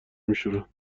میشورن